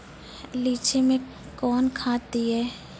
लीची मैं कौन खाद दिए?